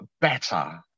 better